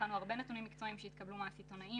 בחנו הרבה נתונים מקצועיים שהתקבלו מהסיטונאים,